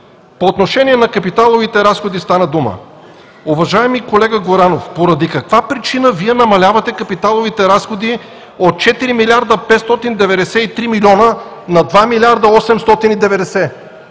По отношение на капиталовите разходи – стана дума, уважаеми колега Горанов, поради каква причина Вие намалявате капиталовите разходи от 4 млрд. 593 млн. лв. на 2 млрд. 890 млн.